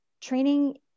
training